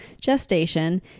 gestation